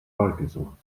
parkinson